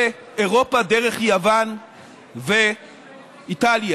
לאירופה, דרך יוון ואיטליה.